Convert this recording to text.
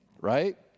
right